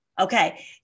okay